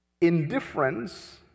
Indifference